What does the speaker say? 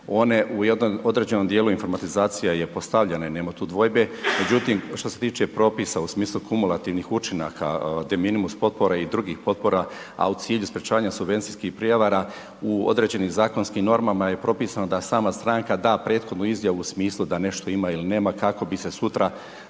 one u jednom određenom dijelu informatizacija je postavljena i nema tu dvojbe, međutim što se tiče propisa u smislu kumulativnih učinaka, deminimus potpore i drugih potpora, a u cilju sprječavanja subvencijskih prijevara u određenim zakonskim normama je propisano da sama stranka da prethodnu izjavu u smislu da nešto ima ili nema kako bi se sutra